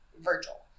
virgil